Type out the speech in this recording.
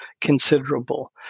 considerable